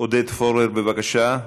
עודד פורר, בבקשה.